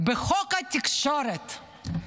בחוק התקשורת.